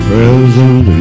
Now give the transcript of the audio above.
Present